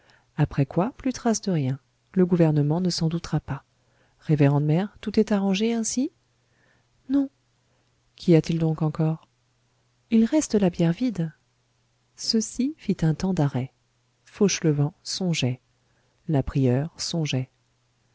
après quoi plus trace de rien le gouvernement ne s'en doutera pas révérende mère tout est arrangé ainsi non qu'y a-t-il donc encore il reste la bière vide ceci fit un temps d'arrêt fauchelevent songeait la prieure songeait